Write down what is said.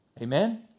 Amen